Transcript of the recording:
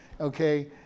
Okay